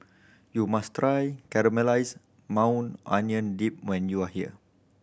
you must try Caramelized Maui Onion Dip when you are here